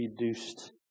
reduced